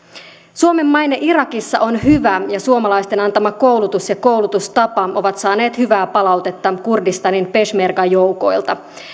suomen maine irakissa on hyvä ja suomalaisten antama koulutus ja koulutustapa ovat saaneet hyvää palautetta kurdistanin peshmerga joukoilta